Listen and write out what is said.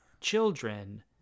children